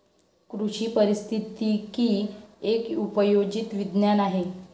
कृषी पारिस्थितिकी एक उपयोजित विज्ञान आहे